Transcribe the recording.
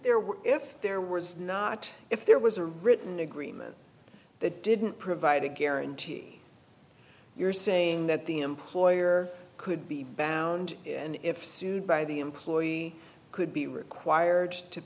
were if there was not if there was a written agreement that didn't provide a guarantee you're saying that the employer could be bound and if sued by the employee could be required to